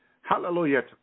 Hallelujah